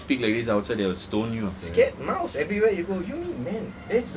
you careful you don't go and speak like this outside they'll stone you